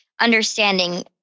understanding